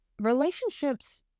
Relationships